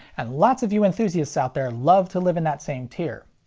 and lots of you enthusiasts out there love to live in that same tier.